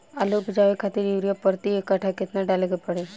आलू उपजावे खातिर यूरिया प्रति एक कट्ठा केतना डाले के पड़ी?